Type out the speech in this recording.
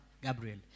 Gabriel